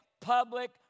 public